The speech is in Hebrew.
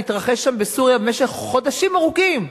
המתרחש שם בסוריה במשך חודשים ארוכים.